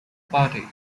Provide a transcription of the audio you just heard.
party